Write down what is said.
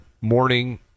morning